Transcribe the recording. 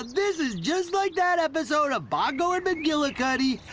this is just like that episode of bongo and mcgillicuddy,